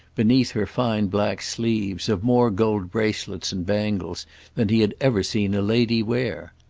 beneath her fine black sleeves, of more gold bracelets and bangles than he had ever seen a lady wear.